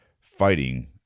fighting